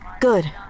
Good